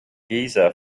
giza